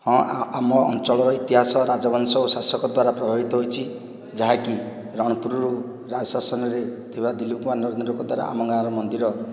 ହଁ ଆମ ଅଞ୍ଚଳର ଇତିହାସ ରାଜବଂଶ ଓ ଶାସକ ଦ୍ୱାରା ପ୍ରଭାବିତ ହୋଇଛି ଯାହାକି ରଣପୁରରୁ ରାଜ ଶାସନରେ ଥିବା ଆମ ଗାଁର ମନ୍ଦିର